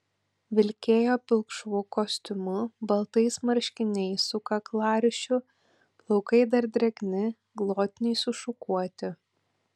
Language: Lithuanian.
vilkėjo pilkšvu kostiumu baltais marškiniais su kaklaryšiu plaukai dar drėgni glotniai sušukuoti